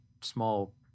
small